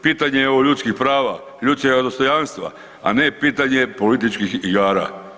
Pitanje je ovo ljudskih prava, ljudskog dostojanstva, a ne pitanje političkih igara.